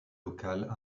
locales